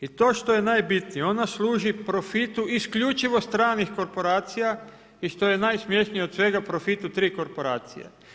I to što je najbitnije, on služi profitu isključivo stranih korporacija i što je najsmješnije od svega profitu 3 korporacije.